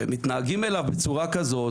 והם מתנהגים אליו בצורה כזאת.